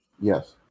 Yes